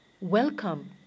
Welcome